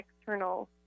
external